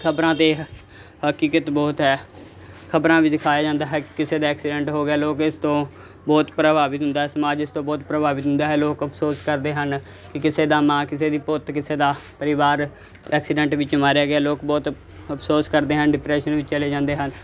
ਖਬਰਾਂ ਤੇ ਹਕੀਕਤ ਬਹੁਤ ਹੈ ਖਬਰਾਂ ਵਿੱਚ ਦਿਖਾਇਆ ਜਾਂਦਾ ਹੈ ਕਿਸੇ ਦਾ ਐਕਸੀਡੈਂਟ ਹੋ ਗਿਆ ਲੋਕ ਇਸ ਤੋਂ ਬਹੁਤ ਪ੍ਰਭਾਵਿਤ ਹੁੰਦਾ ਸਮਾਜ ਇਸ ਤੋਂ ਬਹੁਤ ਪ੍ਰਭਾਵਿਤ ਹੁੰਦਾ ਹੈ ਲੋਕ ਅਫਸੋਸ ਕਰਦੇ ਹਨ ਕਿ ਕਿਸੇ ਦਾ ਮਾਂ ਕਿਸੇ ਦੀ ਪੁੱਤ ਕਿਸੇ ਦਾ ਪਰਿਵਾਰ ਐਕਸੀਡੈਂਟ 'ਚ ਮਾਰਿਆ ਗਿਆ ਲੋਕ ਬਹੁਤ ਅਫਸੋਸ ਕਰਦੇ ਹਨ ਡਿਪਰੈਸ਼ਨ ਵਿੱਚ ਚਲੇ ਜਾਂਦੇ ਹਨ